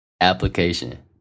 application